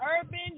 urban